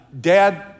dad